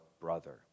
brother